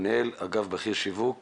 מנהל אגף בכיר שיווק